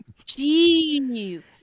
Jeez